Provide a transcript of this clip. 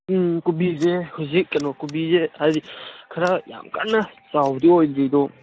ꯎꯝ ꯀꯣꯕꯤꯁꯦ ꯍꯧꯖꯤꯛ ꯀꯩꯅꯣ ꯀꯣꯕꯤꯁꯦ ꯍꯥꯏꯗꯤ ꯈꯔ ꯌꯥꯝ ꯀꯟꯅ ꯆꯥꯎꯕꯗꯤ ꯑꯣꯏꯗ꯭ꯔꯤ ꯑꯗꯣ